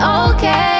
okay